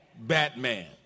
Batman